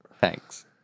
Thanks